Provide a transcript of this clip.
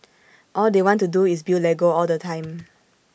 all they want to do is build Lego all the time